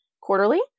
quarterly